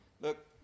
Look